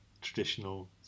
traditional